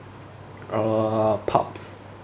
uh pubs